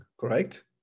correct